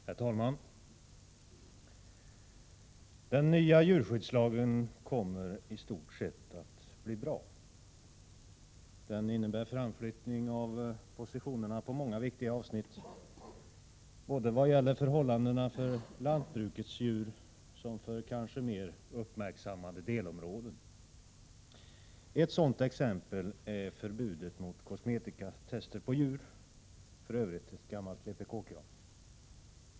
Herr talman! Den nya djurskyddslagen kommer i stort sett att bli bra. Den innebär framflyttning av positionerna på många viktiga avsnitt, både vad gäller förhållandena för lantbrukets djur och vad gäller kanske mer uppmärksammade delområden. Ett exempel härpå är frågan om förbud mot kosmetikatester på djur — för övrigt ett gammalt vpk-krav.